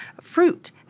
fruit